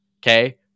Okay